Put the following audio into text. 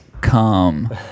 Come